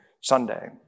Sunday